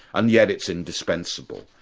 and yet it's indispensible.